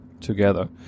together